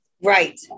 Right